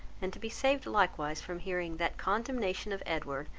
and to be saved likewise from hearing that condemnation of edward,